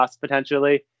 potentially